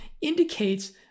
indicates